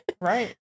Right